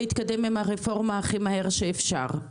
להתקדם עם הרפורמה הכי מהר שאפשר,